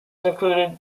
included